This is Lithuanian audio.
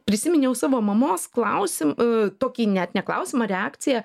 prisiminiau savo mamos klausi tokį net ne klausimą reakciją